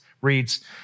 reads